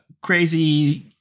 crazy